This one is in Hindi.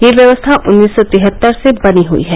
यह व्यवस्था उन्नीस सौ तिहत्तर से बनी हुई है